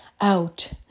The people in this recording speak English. out